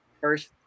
first